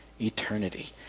eternity